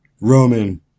Roman